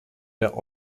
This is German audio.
der